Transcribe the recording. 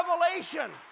revelation